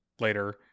later